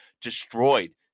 destroyed